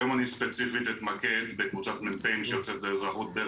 היום אני ספציפית אתמקד בקבוצת מפ"ים שיוצאת לאזרחות בערך